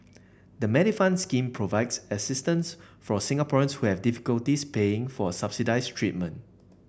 the Medifund scheme provides assistance for Singaporeans who have difficulties paying for subsidized treatment